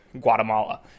Guatemala